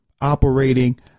operating